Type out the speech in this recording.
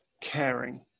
caring